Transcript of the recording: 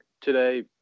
today